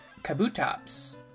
Kabutops